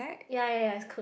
ya ya ya is cooked